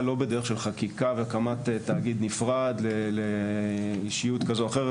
לא בדרך של חקיקה והקמת תאגיד נפרד לאישיות כזו אחרת,